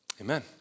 amen